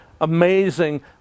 amazing